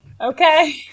Okay